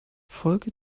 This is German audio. folge